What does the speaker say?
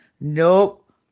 Nope